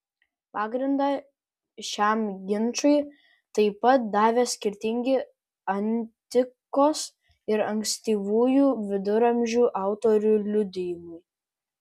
pagrindą šiam ginčui taip pat davė skirtingi antikos ir ankstyvųjų viduramžių autorių liudijimai